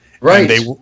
Right